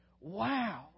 wow